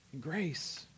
Grace